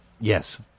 Yes